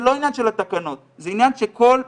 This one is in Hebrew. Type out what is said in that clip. זה לא עניין של התקנות, זה עניין של כל מגע,